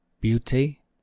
beauty